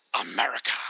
America